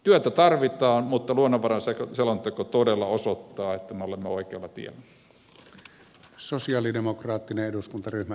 työtä tarvitaan mutta luonnonvaraselonteko todella osoittaa että me olemme oikealla tiellä